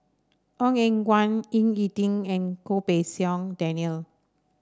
Ong Eng Guan Ying E Ding and Goh Pei Siong Daniel